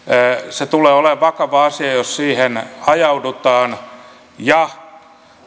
se tulee olemaan vakava asia jos siihen ajaudutaan ja